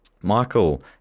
Michael